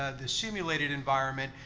ah the simulated environment,